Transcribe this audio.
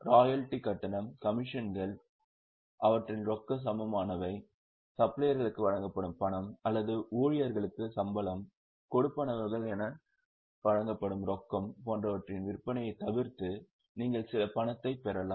royalty கட்டணம் கமிஷன்கள் அவற்றின் ரொக்க சமமானவை சப்ளையர்களுக்கு வழங்கப்படும் பணம் அல்லது ஊழியர்களுக்கு சம்பளம் கொடுப்பனவுகள் என வழங்கப்படும் ரொக்கம் போன்றவற்றின் விற்பனையைத் தவிர்த்து நீங்கள் சில பணத்தைப் பெறலாம்